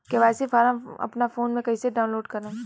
KYC form अपना phone मे कइसे डाऊनलोड करेम?